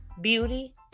beauty